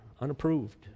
unapproved